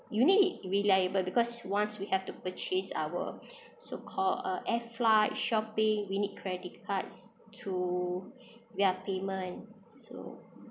you need reliable because once we have to purchase our our so called uh air flight shopping we need credit cards to yeah payment so